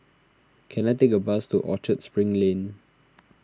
can I take a bus to Orchard Spring Lane